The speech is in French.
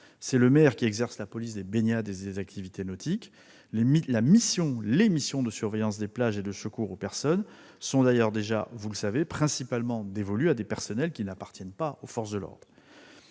C'est le maire qui exerce la police des baignades et des activités nautiques. Les missions de surveillance des plages et de secours aux personnes, vous le savez, sont d'ailleurs déjà principalement dévolues à des personnels qui n'appartiennent pas aux forces de l'ordre.